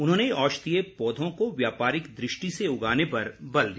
उन्होंने औषधीय पौधों को व्यापारिक दृष्टि से उगाने पर बल दिया